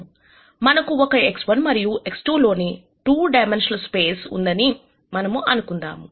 మనకు ఒక X1 మరియు X2 లో 2 డైమన్షనల్ స్పేస్ ఉందని మనము అనుకుందాము